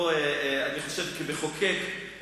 כמחוקק,